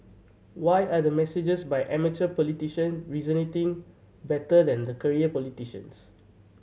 why are the messages by amateur politician resonating better than the career politicians